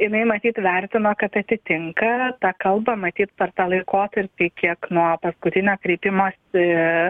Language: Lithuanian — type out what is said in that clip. jinai matyt vertina kad atitinka tą kalbą matyt per tą laikotarpį kiek nuo paskutinio kreipimosi